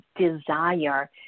desire